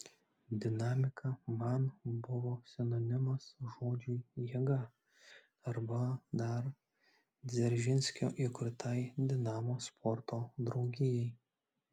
dinamika man buvo sinonimas žodžiui jėga arba dar dzeržinskio įkurtai dinamo sporto draugijai